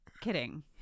kidding